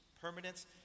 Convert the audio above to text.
Permanence